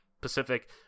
pacific